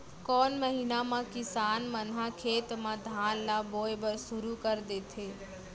कोन महीना मा किसान मन ह खेत म धान ला बोये बर शुरू कर देथे?